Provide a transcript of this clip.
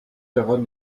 daran